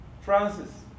francis